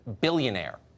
billionaire